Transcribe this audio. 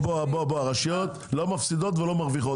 הרשויות לא מפסידות ולא מרוויחות.